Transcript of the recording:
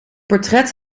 portret